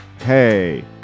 Hey